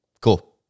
Cool